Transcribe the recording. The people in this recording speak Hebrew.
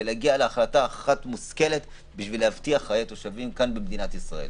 ולהגיע להחלטה אחת מושכלת כדי להבטיח את חיי התושבים כאן במדינת ישראל.